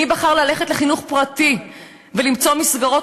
מי בחר ללכת לחינוך פרטי ולמצוא מסגרות